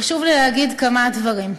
חשוב לי להגיד כמה דברים.